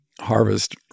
harvest